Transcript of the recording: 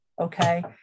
Okay